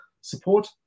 support